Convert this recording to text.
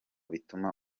bituma